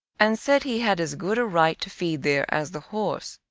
and said he had as good a right to feed there as the horse,